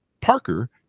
parker